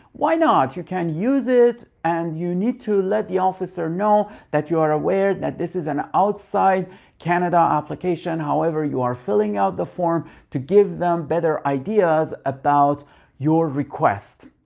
why not! you can use it and you need to let the officer know that you are aware that this is an outside canada application. however, you are filling out the form to give them better ideas about your request.